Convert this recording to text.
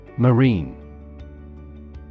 Marine